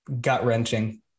gut-wrenching